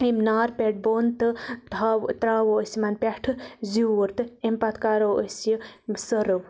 امہِ نارٕ پیٹھٕ بۄن تہٕ تھاوو ترٛاوو أسۍ یِمَن پیٹھٕ زیوٗر تہٕ امہِ پَتہٕ کَرَو أسۍ یہِ سٔرٕو